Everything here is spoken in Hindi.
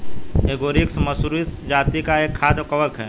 एगेरिकस मशरूम जाती का एक खाद्य कवक है